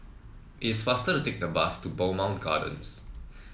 it is faster to take the bus to Bowmont Gardens